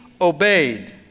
obeyed